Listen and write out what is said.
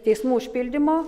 teismų užpildymo